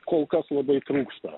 kol kas labai trūksta